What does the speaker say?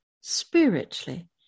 spiritually